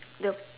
the